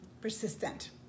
persistent